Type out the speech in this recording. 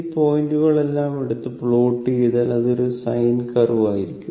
ഈ പോയിന്റുകളെല്ലാം എടുത്ത് പ്ലോട്ട് ചെയ്താൽ അതൊരു സൈൻ കർവ് ആയിരിക്കും